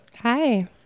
Hi